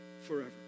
Forever